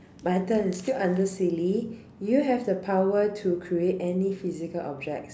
my turn still under silly you have the power to create any physical objects